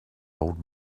old